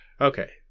Okay